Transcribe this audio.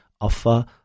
offer